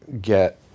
get